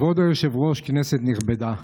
כבוד היושב-ראש, כנסת נכבדה,